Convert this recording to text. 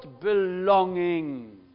belonging